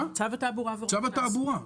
צו התעבורה (עבירות קנס).